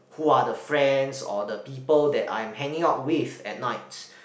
who are the friends or the people that I'm hanging out with at night